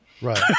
Right